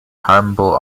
humble